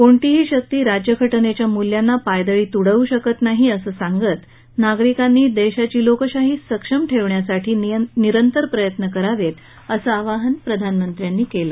कोणतीही शक्ती राज्यघटनेच्या मूल्यांना पायदळी तुडवू शकत नाही असं सांगत नागरिकांनी देशाची लोकशाही सक्षम करण्यासाठी निरंतर प्रयत्न करावेत असं आवाहन प्रधानमंत्र्यांनी केलं